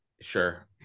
Sure